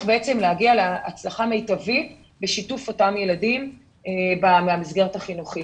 להגיע להצלחה מיטבית בשיתוף אותם ילדים במסגרת החינוכית.